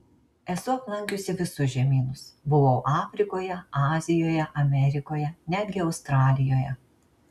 esu aplankiusi visus žemynus buvau afrikoje azijoje amerikoje netgi australijoje